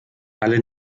alle